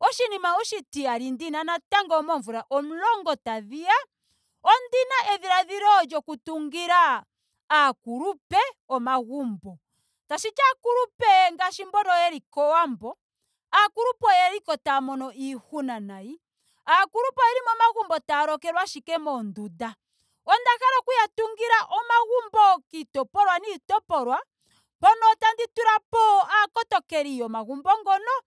Oshinima oshitiyali ndina natango moomvula 10 tadhiya. ondina edhiladhilolyoku tungila aakulupe omagumbo. Tashiti aakulupe ngaashi mbono yeli kowambo. aakulupe oyeliko taa mono iihuna nayi. Aakulupe oyeli momagumbo taya lokelwa ashike moondunda. Onda hala okuya tungila omagumbo kiitopolwa niitopolwa mpono tandi tulapo aakotokeli yomagumbo ngono